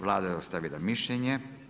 Vlada je dostavila mišljenje.